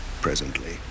presently